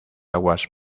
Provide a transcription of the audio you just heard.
aguas